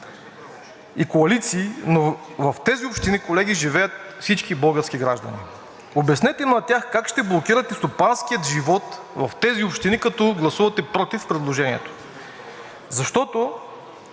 и коалиции, но в тези общини, живеят всички български граждани. Обяснете им на тях как ще блокирате стопанския живот в тези общини, като гласувате против предложението, защото